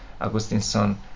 Augustinsson